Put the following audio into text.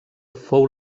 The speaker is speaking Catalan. fou